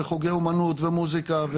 וחוגי אומנות ומוזיקה,